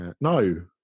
No